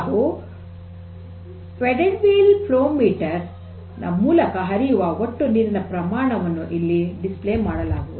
ಹಾಗೂ pedal wheel flow meter ನ ಮೂಲಕ ಹರಿಯುವ ಒಟ್ಟು ನೀರಿನ ಪ್ರಮಾಣವನ್ನು ಇಲ್ಲಿ ಡಿಸ್ಪ್ಲೇ ಪ್ರದರ್ಶನ ಮಾಡಲಾಗುವುದು